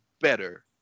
better